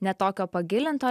ne tokio pagilinto